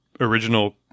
original